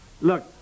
Look